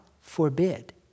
forbid